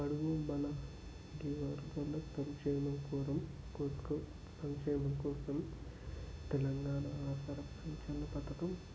బడుగు బల వర్గుల సంక్షేమం కోసం కోసం సంక్షేమం కోసం తెలంగాణ ఆసరా పింఛన్ల పథకం